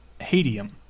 hadium